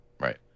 Right